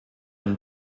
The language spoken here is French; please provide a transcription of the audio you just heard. une